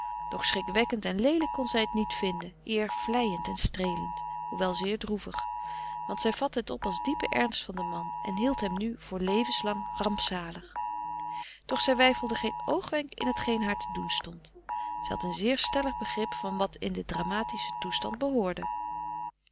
doch schrikwekkend en leelijk kon zij het niet vinden eer vleiend en streelend hoewel zeer droevig want zij vatte het op als diepen ernst van den man en hield hem nu voor levenslang rampzalig doch zij weifelde geen oogwenk in hetgeen haar te doen stond zij had een zeer stellig begrip van wat in den dramatischen toestand